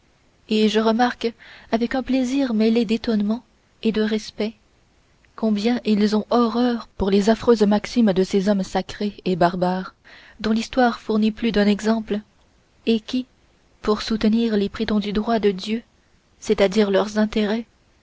et je remarque avec un plaisir mêlé d'étonnement et de respect combien ils ont d'horreur pour les affreuses maximes de ces hommes sacrés et barbares dont l'histoire fournit plus d'un exemple et qui pour soutenir les prétendus droits de dieu c'est-à-dire leurs intérêts